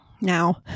Now